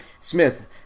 Smith